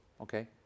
okay